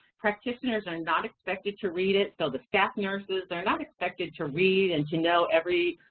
practitioners are not expected to read it, so the staff nurses they're not expected to read and to know every,